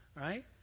Right